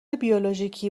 بیولوژیکی